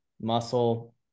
muscle